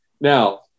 Now